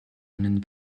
einen